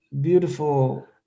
beautiful